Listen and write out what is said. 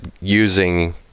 using